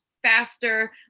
Faster